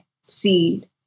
seed